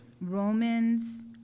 Romans